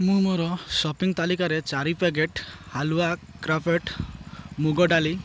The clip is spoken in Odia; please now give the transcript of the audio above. ମୁଁ ମୋର ସପିଂ ତାଲିକାରେ ଚାରି ପ୍ୟାକେଟ୍ ହାଲୁଆ କ୍ରାଫ୍ଟ୍ ମୁଗ ଡାଲି ହାଲୁଆ